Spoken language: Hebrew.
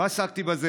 לא עסקתי בזה,